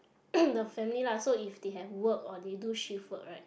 the family lah so if they have work or they do shift work right